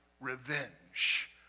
revenge